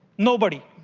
nobody.